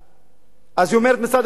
אז היא אומרת, מצד אחד, שזה בלתי חוקי,